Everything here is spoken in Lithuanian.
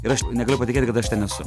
ir aš negaliu patikėti kad aš ten esu